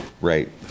Right